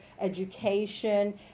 education